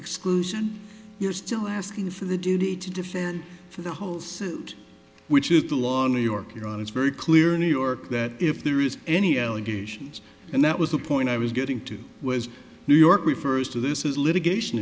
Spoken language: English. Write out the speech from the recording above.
exclusion you're still asking for the duty to defend for the whole suit which is the law in new york you know it's very clear in new york that if there is any allegations and that was the point i was getting to was new york refers to this is litigation